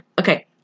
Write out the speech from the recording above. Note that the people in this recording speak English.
Okay